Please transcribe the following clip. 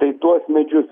tai tuos medžius